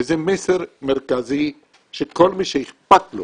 וזה מסר מרכזי שכל מי שאכפת לו